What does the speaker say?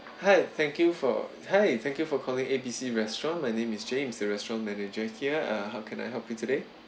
hi thank you for hi thank you for calling A B C restaurant my name is james the restaurant manager here uh how can I help you today